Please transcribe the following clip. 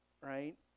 right